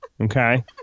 okay